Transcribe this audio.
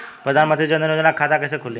प्रधान मंत्री जनधन योजना के खाता कैसे खुली?